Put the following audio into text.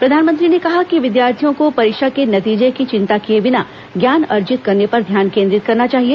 प्रधानमंत्री ने कहा कि विद्यार्थियों को परीक्षा के नतीजे की चिंता किये बिना ज्ञान अर्जित करने पर ध्यान केन्द्रित करना चाहिए